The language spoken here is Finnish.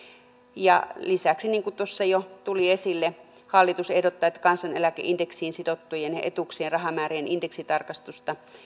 ja lisäksi niin kuin tuossa jo tuli esille hallitus ehdottaa että kansaneläkeindeksiin sidottujen etuuksien rahamäärien indeksitarkastusta